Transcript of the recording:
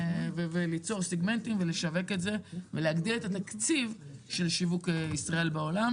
ולהגדיל את התקציב של שיווק ישראל בעולם.